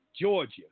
Georgia